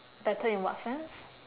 better in what sense